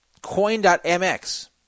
Coin.mx